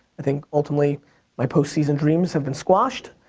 i think, ultimately my post-season dreams have been squashed.